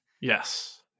Yes